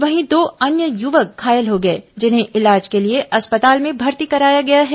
वहीं दो अन्य युवक घायल हो गए जिन्हें इलाज के लिए अस्पताल में भर्ती कराया गया है